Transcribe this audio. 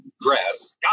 dress